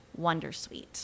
Wondersuite